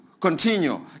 continue